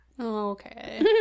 okay